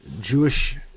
Jewish